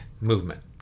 movement